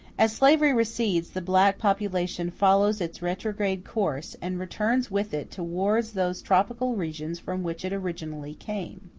as slavery recedes, the black population follows its retrograde course, and returns with it towards those tropical regions from which it originally came.